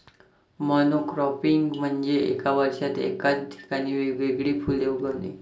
monocropping म्हणजे एका वर्षात एकाच ठिकाणी वेगवेगळी फुले उगवणे